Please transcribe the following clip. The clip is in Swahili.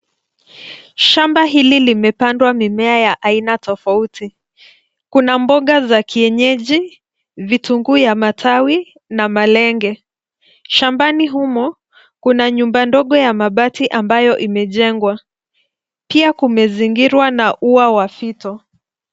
Shamba hili limepandwa mimea ya aina tofauti. Kuna mboga za kienyeji, vitunguu ya matawi na malenge. Shambani humo kuna nyumba ndogo ya mabati ambayo imejengwa. Pia kumezingiriwa na ua wa fito.